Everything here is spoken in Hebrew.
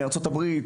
ארה"ב,